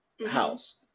house